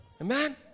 Amen